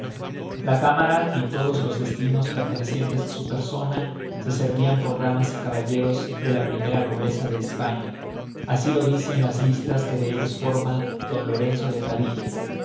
la cámara y todos los destinos pertencientes á su persona se servian por damas y caballeros de la primera nobleza de españa asi lo dice en las listas que de ellos forma d lorenzo de padilla